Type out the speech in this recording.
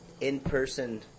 in-person